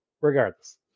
Regardless